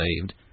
saved